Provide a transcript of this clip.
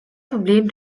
problem